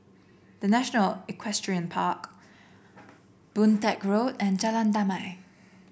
The National Equestrian Park Boon Teck Road and Jalan Damai